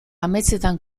ametsetan